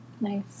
Nice